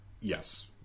Yes